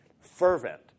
fervent